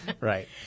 Right